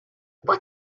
what